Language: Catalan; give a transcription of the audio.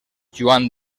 joan